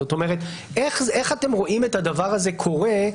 זאת אומרת איך אתם רואים את הדבר הזה קורה,